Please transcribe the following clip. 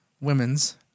women's